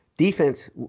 Defense